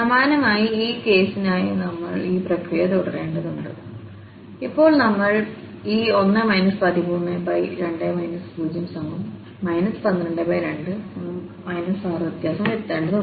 സമാനമായി ഈ കേസിനായി നമ്മൾ ഈ പ്രക്രിയ തുടരേണ്ടതുണ്ട് ഇപ്പോൾ നമ്മൾ ഈ 1 132 0 122 6 വ്യത്യാസം വരുത്തേണ്ടതുണ്ട്